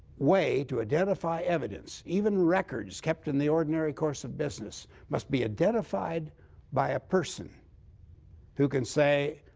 way to identify evidence. even records kept in the ordinary course of business must be identified by a person who can say,